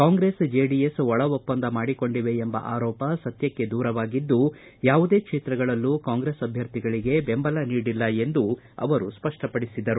Congress JDS ಒಳ ಒಪ್ಪಂದ ಮಾಡಿಕೊಂಡಿವೆ ಎಂಬ ಆರೋಪ ಸತ್ಯಕ್ಷೆ ದೂರವಾಗಿದ್ದು ಯಾವುದೇ ಕ್ಷೇತ್ರಗಳಲ್ಲೂ ಕಾಂಗ್ರೆಸ್ ಅಭ್ಯರ್ಥಿಗಳಿಗೆ ಬೆಂಬಲ ನೀಡಿಲ್ಲ ಎಂದು ಅವರು ಸ್ಪಷ್ಟಪಡಿಸಿದರು